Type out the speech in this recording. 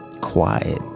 quiet